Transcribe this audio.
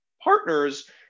partners